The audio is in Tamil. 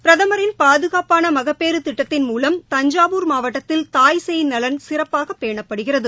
பிரதமின் பாதுகாப்பான மகப்பேறு திட்டத்தின் மூலம் தஞ்சாவூர் மாவட்டத்தில் தாய் சேய் நலன் சிறப்பாக பேணப்படுகிறது